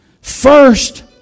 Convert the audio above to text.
first